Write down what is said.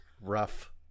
rough